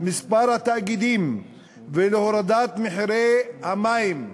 מספר התאגידים ולהורדת מחירי המים ב-5%,